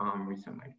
recently